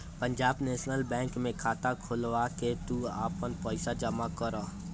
Punjab National Bank में खाता खोलवा के तू आपन पईसा जमा करअ